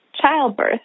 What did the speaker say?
childbirth